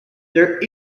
there